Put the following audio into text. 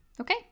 okay